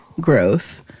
growth